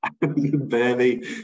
Barely